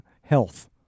health